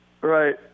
Right